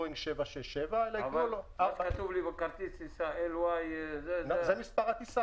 בואינג 767. כתוב לי בכרטיס הטיסה LY. שזה מספר הטיסה.